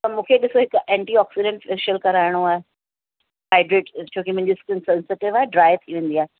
त मूंखे ॾिसो हिकु एंटी ऑक्सीजन फ़ैशियल कराइणो आहे हाइड्रेट छो की मुंहिंजी स्किन सेनसिटिवड्राइ थी वेंदी आहे